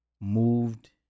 moved